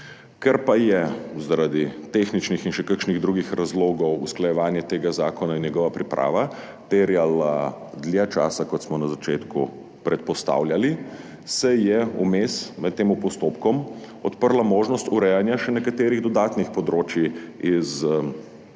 Ker pa je zaradi tehničnih in še kakšnih drugih razlogov usklajevanje tega zakona in njegova priprava terjala več časa, kot smo na začetku predpostavljali, se je vmes, med tem postopkom, odprla možnost urejanja še nekaterih dodatnih področij iz štipendijske